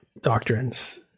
doctrines